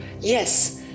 Yes